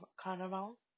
Carnival